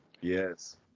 Yes